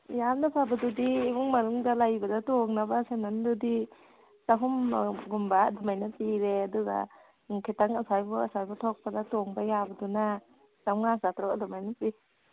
ꯌꯥꯝꯅ ꯐꯕꯗꯨꯗꯤ ꯏꯃꯨꯡ ꯃꯅꯨꯡꯗ ꯂꯩꯕꯗ ꯇꯣꯡꯅꯕ ꯁꯦꯟꯗꯜꯗꯨꯗꯤ ꯆꯍꯨꯝꯒꯨꯝꯕ ꯑꯗꯨꯃꯥꯏꯅ ꯄꯤꯔꯦ ꯑꯗꯨꯒ ꯈꯤꯇꯪ ꯑꯁ꯭ꯋꯥꯏꯐꯥꯎ ꯑꯁ꯭ꯋꯥꯏꯐꯥꯎ ꯊꯣꯛꯄꯗ ꯇꯣꯡꯕ ꯌꯥꯕꯗꯨꯅ ꯆꯧꯉꯥ ꯆꯥꯇꯔꯨꯛ ꯑꯗꯨꯃꯥꯏꯅ ꯄꯤ